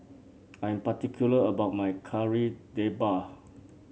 I'm particular about my Kari Debal